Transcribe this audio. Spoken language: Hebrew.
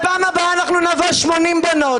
בפעם הבאה נבוא 80 בנות.